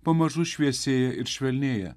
pamažu šviesėja ir švelnėja